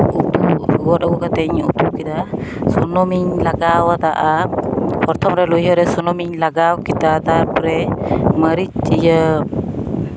ᱜᱚᱫᱽ ᱟᱹᱜᱩ ᱠᱟᱛᱮᱫ ᱤᱧ ᱩᱛᱩ ᱠᱮᱫᱟ ᱥᱩᱱᱩᱢ ᱤᱧ ᱞᱟᱜᱟᱣ ᱟᱫᱟ ᱟᱨ ᱯᱨᱚᱛᱷᱚᱢ ᱨᱮ ᱞᱩᱭᱦᱟᱹ ᱨᱮ ᱥᱩᱱᱩᱢᱤᱧ ᱞᱟᱜᱟᱣ ᱠᱮᱫᱟ ᱛᱟᱨᱯᱚᱨᱮ ᱢᱟᱹᱨᱤᱪ ᱤᱭᱟᱹ